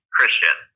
Christian